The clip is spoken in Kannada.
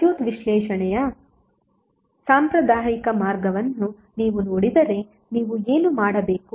ಸರ್ಕ್ಯೂಟ್ ವಿಶ್ಲೇಷಣೆಯ ಸಾಂಪ್ರದಾಯಿಕ ಮಾರ್ಗವನ್ನು ನೀವು ನೋಡಿದರೆ ನೀವು ಏನು ಮಾಡಬೇಕು